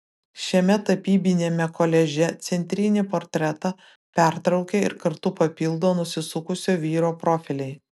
šiame tapybiniame koliaže centrinį portretą pertraukia ir kartu papildo nusisukusio vyro profiliai